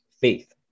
faith